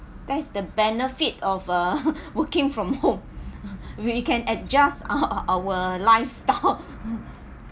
that's the benefit of uh working from home we can adjust our lifestyle